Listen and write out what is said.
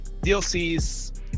DLCs